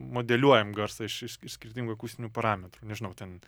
modeliuojam garsą iš iš iš skirtingų akustinių parametrų nežinau ten